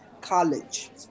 college